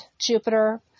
Jupiter